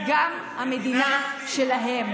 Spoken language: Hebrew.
היא גם המדינה שלהם.